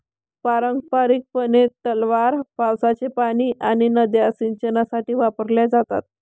पारंपारिकपणे, तलाव, पावसाचे पाणी आणि नद्या सिंचनासाठी वापरल्या जातात